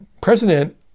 president